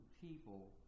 people